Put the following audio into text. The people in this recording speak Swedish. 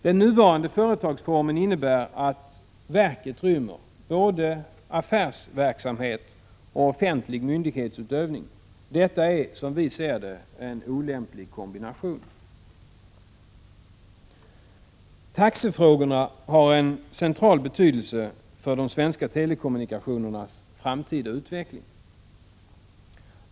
Den nuvarande företagsformen innebär att verket rymmer både affärsverksamhet och offentlig myndighetsutövning. Detta är, som vi ser det, en olämplig kombination. Taxefrågorna har en central betydelse för de svenska telekommunikationernas framtida utveckling.